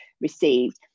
received